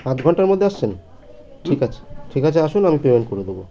আধ ঘণ্টার মধ্যে আসছেন ঠিক আছে ঠিক আছে আসুন আমি পেমেন্ট করে দেব